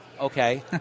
Okay